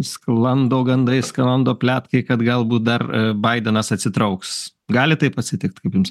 sklando gandai sklando pletkai kad galbūt dar baidenas atsitrauks gali taip atsitikt kaip jums